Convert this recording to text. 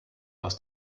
aus